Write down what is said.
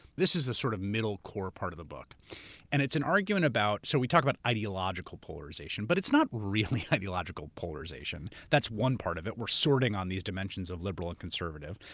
this is the sort of the middle core part of the book and it's an argument about. so we talked about ideological polarization, but it's not really ideological polarization. that's one part of it. we're sorting on these dimensions of liberal and conservative,